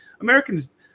Americans